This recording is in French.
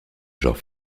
genre